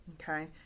Okay